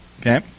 Okay